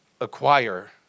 acquire